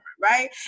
right